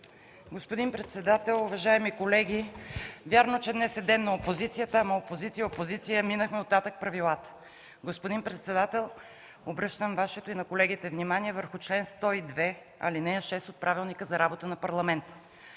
Господин председател, уважаеми колеги! Вярно, че днес е ден на опозицията, ама опозиция, опозиция – минахме оттатък правилата. Господин председател, обръщам Вашето и на колегите внимание върху чл. 102, ал. 6 от Правилника за организацията